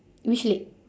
which leg